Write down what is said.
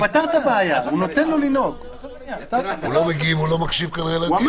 הוא לא מגיב, הוא לא מקשיב כנראה לדיון.